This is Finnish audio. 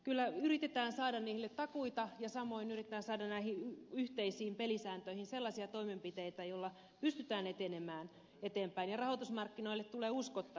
kyllä yritetään saada niille takuita ja samoin yritetään saada näihin yhteisiin pelisääntöihin sellaisia toimenpiteitä joilla pystytään etenemään eteenpäin ja rahoitusmarkkinoille tulee uskottavuutta